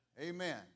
Amen